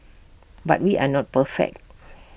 but we are not perfect